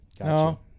No